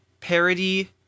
parody